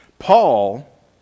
Paul